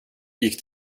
gick